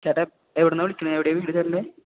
ചേട്ടാ എവിടുന്നാണ് വിളിക്കുന്നത് എവിടെയാണ് വീട് ചേട്ടൻ്റെ